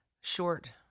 short